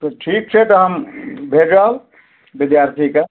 तऽ ठीक छै तऽ हम भेजब विद्यार्थीके